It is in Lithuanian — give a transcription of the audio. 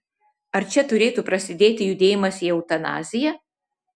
ar čia turėtų prasidėti judėjimas į eutanaziją